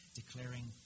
declaring